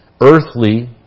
earthly